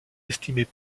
estimait